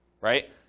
right